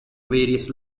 various